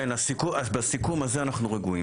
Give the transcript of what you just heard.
כן, בסיכום הזה אנחנו רגועים.